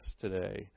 today